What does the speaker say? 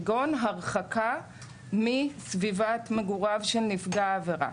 כגון הרחקה מסביבת מגוריו של נפגע העבירה.